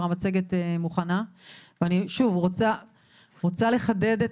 שוב, אני רוצה לחדד את